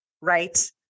right